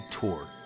tour